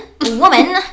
woman